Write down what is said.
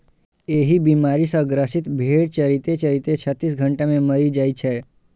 एहि बीमारी सं ग्रसित भेड़ चरिते चरिते छत्तीस घंटा मे मरि जाइ छै